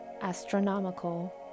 astronomical